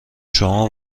شما